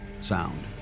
sound